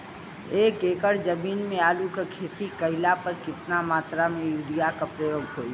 एक एकड़ जमीन में आलू क खेती कइला पर कितना मात्रा में यूरिया क प्रयोग होई?